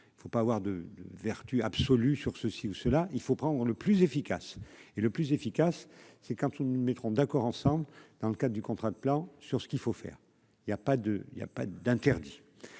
il ne faut pas avoir de vertu absolue sur ceci ou cela, il faut prendre le plus efficace et le plus efficace c'est quand nous mettrons d'accord ensemble dans le cadre du contrat de plan, sur ce qu'il faut faire, il y a pas de il